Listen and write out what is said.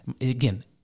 again